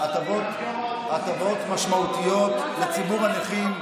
הטבות משמעותיות לציבור הנכים,